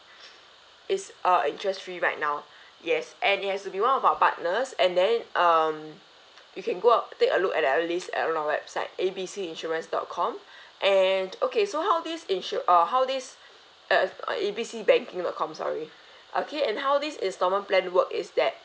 is uh interest free right now yes and it has to be one of our partners and then um you can go on take a look at the list at our website A B C insurance dot com and okay so how this ins~ uh how this uh A B C banking dot com sorry okay and how this instalment plan work is that